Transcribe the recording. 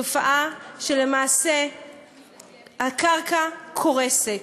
תופעה שבה למעשה הקרקע קורסת.